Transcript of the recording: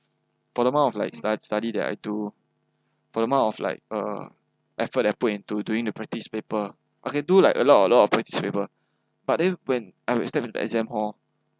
for amount of like stu~ study that I do for amount of like uh effort that I put into during the practice paper okay do like a lot a lot of practice paper but then when I uh stepped into exam hall